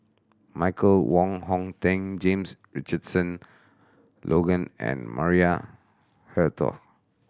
Michael Wong Hong Teng James Richardson Logan and Maria Hertogh